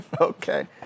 okay